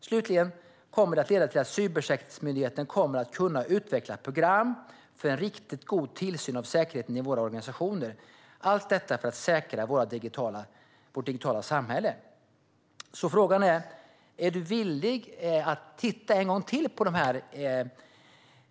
Slutligen kommer det att leda till att cybersäkerhetsmyndigheten kan utveckla program för en riktigt god tillsyn av säkerheten i våra organisationer, allt detta för att säkra vårt digitala samhälle. Frågan är alltså: Är du villig att titta en gång till på dessa argument innan det är för sent?